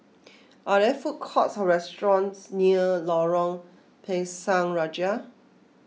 are there food courts or restaurants near Lorong Pisang Raja